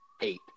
eight